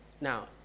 Now